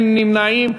אין נמנעים.